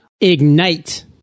IGNITE